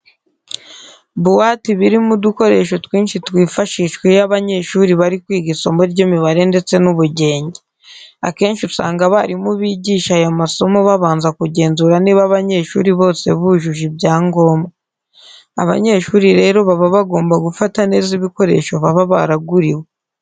Buwate iba irimo udukoresho twinshi twifashishwa iyo abanyeshuri bari kwiga isomo ry'imibare ndetse n'ubugenge. Akenshi usanga abarimu bigisha aya masoma babanza kugenzura niba abanyeshuri bose bujuje ibyangombwa. Abanyeshuri rero baba bagomba gufata neza ibikoresho baba baraguriwe.